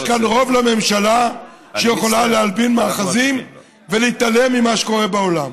יש כאן רוב לממשלה שיכולה להלבין מאחזים ולהתעלם ממה שקורה בעולם.